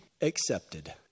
accepted